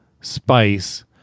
spice